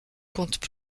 comptent